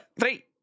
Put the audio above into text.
three